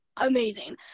amazing